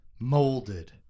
molded